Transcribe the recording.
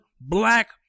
black